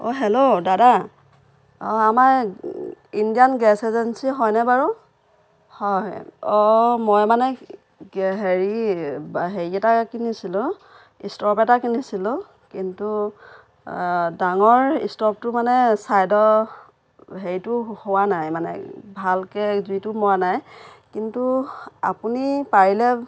অঁ হেল্ল' দাদা অঁ আমাৰ ইণ্ডিয়ান গেছ এজেঞ্চী হয়নে বাৰু হয় অঁ মই মানে গে হেৰি হেৰি এটা কিনিছিলোঁ ষ্ট'ভ এটা কিনিছিলোঁ কিন্তু ডাঙৰ ষ্ট'ভটো মানে চাইডৰ সেইটো হোৱা নাই মানে ভালকৈ জুইটো মৰা নাই কিন্তু আপুনি পাৰিলে